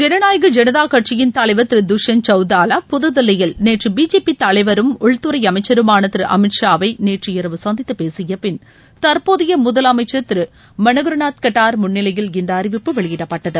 ஜனநாயக் ஜனதா கட்சியின் தலைவர் திரு துஷ்யந்த் சவுதாலா புதுதில்லியில் பிஜேபி தலைவரும் உள்துறை அமைச்சருமான திரு அமித்ஷாவை நேற்று இரவு சந்தித்து பேசிய பின் தற்போதைய முதலமைச்சா் திரு மனோகரநாத் கட்டார் முன்னிலையில் இந்த அறிவிப்பு வெளியிடப்பட்டது